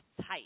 tight